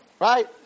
Right